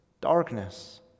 darkness